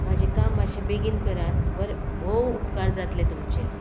म्हाजें काम मातशें बेगीन करात बरें भोव उपकार जातलें तुमचें